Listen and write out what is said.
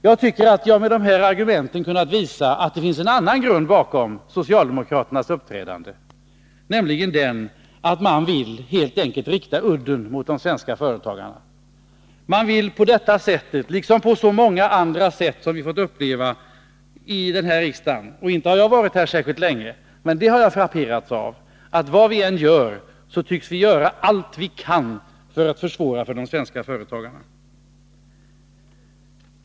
Jag tycker att jag med dessa argument kunnat visa att det finns en annan grund bakom socialdemokraternas uppträdande än den åberopade, nämligen den att man helt enkelt vill rikta udden mot de svenska företagarna. Man vill på detta sätt, liksom på så många andra sätt som vi fått uppleva i den här riksdagen — det har jag frapperats av även om jag inte har varit här särskilt länge — göra allt som är möjligt för att försvåra för de svenska företagarna.